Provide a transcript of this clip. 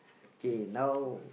okay now